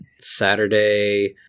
saturday